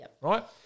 right